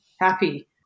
happy